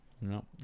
no